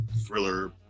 thriller